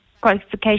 qualification